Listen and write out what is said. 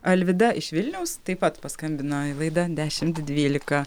alvyda iš vilniaus taip pat paskambino į laidą dešimt dvylika